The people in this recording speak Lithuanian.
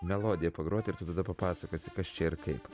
melodiją pagroti ir tu tada papasakosi kas čia ir kaip